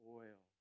oil